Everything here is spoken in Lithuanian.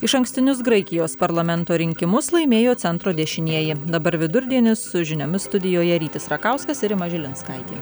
išankstinius graikijos parlamento rinkimus laimėjo centro dešinieji dabar vidurdienis su žiniomis studijoje rytis rakauskas rima žilinskaitė